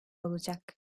olacak